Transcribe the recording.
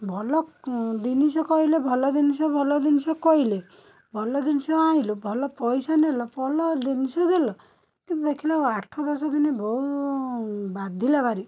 ଭଲ ଜିନିଷ କହିଲେ ଭଲ ଜିନିଷ ଭଲ ଜିନିଷ କହିଲେ ଭଲ ଜିନିଷ ଆଣିଲୁ ଭଲ ପଇସା ନେଲ ଭଲ ଜିନିଷ ଦେଲ କିନ୍ତୁ ଦେଖିଲ ଆଠ ଦଶଦିନ ବହୁ ବାଧିଲା ଭାରି